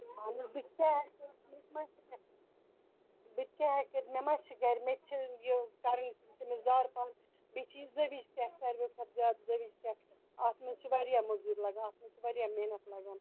اہن حظ بہٕ تہِ کیٛاہ ہیٚکہ کٔرِتھ مےٚ تہِ ما بہٕ تہِ کیٛاہ ہیٚکہ کٔرِتھ مےٚ ما چھِ گھرِ مےٚ تہِ چھِ ٲں یہِ کَرٕنۍ تٔمِس زارٕ پَار بیٚیہِ چھِ یہِ زٔٲوِج سیٚکھ ساروٕے کھۄتہٕ زیادٕ زٲوِج سیٚکھ اَتھ منٛز چھِ واریاہ مزوٗرۍ لَگان اَتھ منٛز چھِ واریاہ محنت لَگان